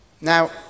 Now